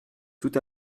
tout